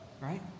right